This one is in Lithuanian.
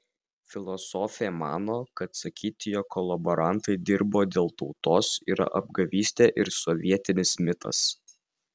filosofė mano kad sakyti jog kolaborantai dirbo dėl tautos yra apgavystė ir sovietinis mitas